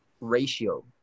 ratio